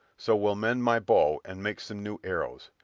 so will mend my bow and make some new arrows.